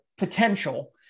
potential